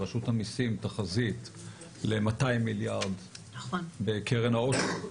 רשות המסים תחזית ל-200 מיליארד בקרן העושר.